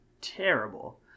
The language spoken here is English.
terrible